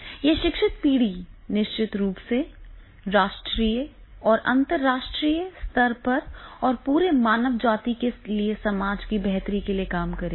यह शिक्षित पीढ़ी निश्चित रूप से राष्ट्रीय और अंतर्राष्ट्रीय स्तर पर और पूरे मानव जाति के लिए समाज की बेहतरी के लिए काम करेगी